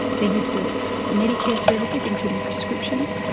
the use of medicare services including prescriptions,